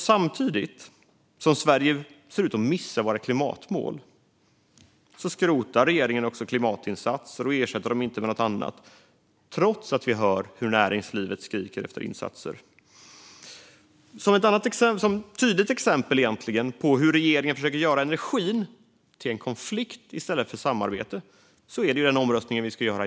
Samtidigt som Sverige ser ut att missa sina klimatmål skrotar regeringen klimatinsatser utan att ersätta dem med något annat, trots att vi hör hur näringslivet skriker efter insatser. Dagens omröstning är ett tydligt exempel på hur regeringen försöker skapa konflikt i stället för samarbete i energifrågan.